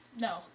No